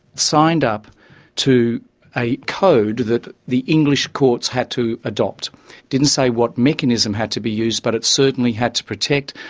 signed up to a code that the english courts had to adopt. it didn't say what mechanism had to be used, but it certainly had to protect,